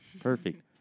Perfect